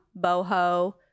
boho